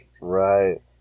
right